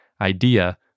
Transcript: idea